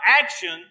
action